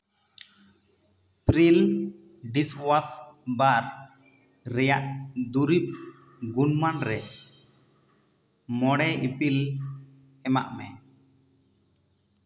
ᱯᱨᱤᱞ ᱰᱤᱥ ᱳᱟᱥᱵᱟᱨ ᱨᱮᱭᱟᱜ ᱫᱩᱨᱤᱵ ᱜᱩᱱᱢᱟᱱ ᱨᱮ ᱢᱚᱬᱮ ᱤᱯᱤᱞ ᱮᱢᱟᱜ ᱢᱮ